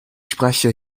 spreche